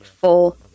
full